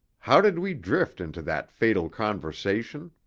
how did we drift into that fatal conversation?